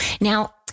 Now